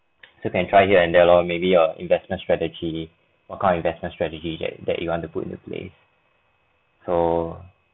so can try here and there lor maybe your investment strategy what kind of investment strategy that that you want to put in a place so